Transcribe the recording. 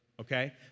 okay